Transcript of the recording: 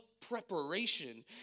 preparation